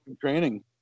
training